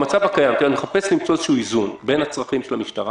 אני מחפש למצוא איזשהו איזון במצב הקיים בין הצרכים של המשטרה